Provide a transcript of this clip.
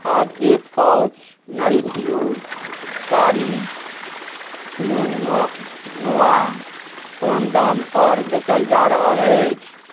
आब एक pouch Nourish You कारी क्विनोआ कोन दाम पर बेचल जा रहल अछि